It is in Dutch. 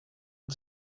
het